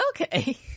Okay